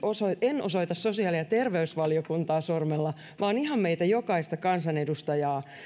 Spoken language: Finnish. en osoita sosiaali ja terveysvaliokuntaa sormella vaan ihan meitä jokaista kansanedustajaa